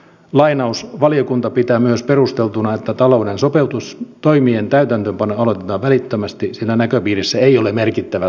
lainaus valiokunta pitää myös perusteltuna että talouden sopeutus toimien täytäntöönpanolakko välittömästi ja näköpiirissä ei ole merkittävä